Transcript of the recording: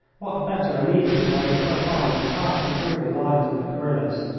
what better and easier way could i find of passing through the lines of the guerillas?